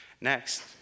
Next